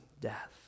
death